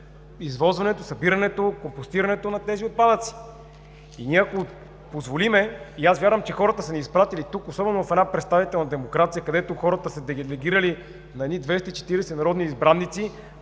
извозването, събирането, компостирането на тези отпадъци. Аз вярвам, че хората са ни изпратили тук, особено в една представителна демокрация, където са делегирали на 240 народни избраници